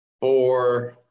four